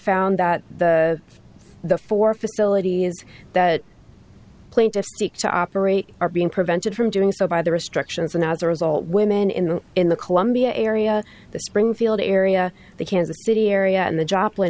found that the the four facility is that plaintiffs seek to operate are being prevented from doing so by the restrictions and as a result women in the in the columbia area the springfield area the kansas city area and the joplin